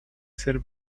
ser